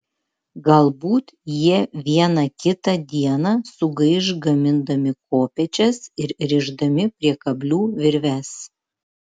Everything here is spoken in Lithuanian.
galbūt jie vieną kitą dieną sugaiš gamindami kopėčias ir rišdami prie kablių virves